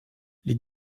les